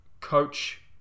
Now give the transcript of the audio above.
coach